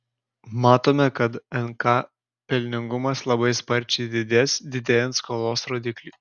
matome kad nk pelningumas labai sparčiai didės didėjant skolos rodikliui